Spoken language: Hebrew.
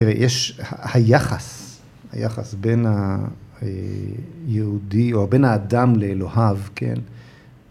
‫תראה, יש... היחס, היחס בין היהודי, ‫או בין האדם לאלוהיו, כן?